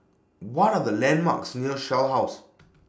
What Are The landmarks near Shell House